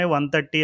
130